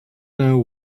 know